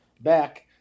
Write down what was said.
back